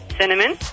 cinnamon